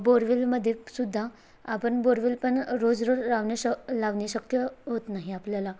बोरवेलमध्ये सुद्धा आपण बोरवेल पण रोज रोज लावणे श लावणे शक्य होत नाही आपल्याला